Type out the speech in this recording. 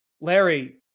Larry